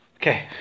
Okay